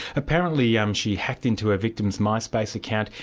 apparently yeah um she hacked into her victim's myspace account,